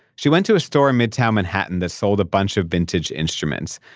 she went to a store in midtown manhattan that sold a bunch of vintage instruments.